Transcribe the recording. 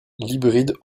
oscille